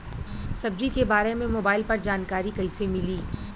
सब्जी के बारे मे मोबाइल पर जानकारी कईसे मिली?